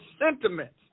sentiments